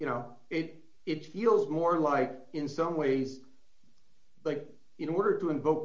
you know it it feels more like in some ways but in order to invoke